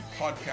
podcast